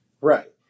Right